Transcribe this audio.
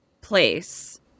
place